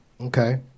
Okay